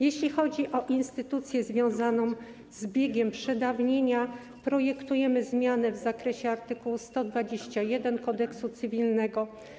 Jeśli chodzi o instytucję związaną z biegiem przedawnienia, proponujemy zmianę w zakresie art. 121 Kodeksu cywilnego.